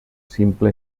simple